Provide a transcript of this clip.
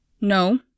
No